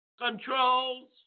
controls